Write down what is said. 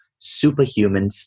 Superhumans